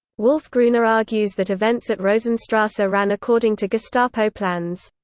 wolf gruner argues that events at rosenstrasse ah ran according to gestapo plans.